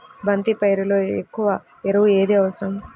బంతి పైరులో ఎక్కువ ఎరువు ఏది అవసరం?